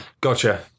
Gotcha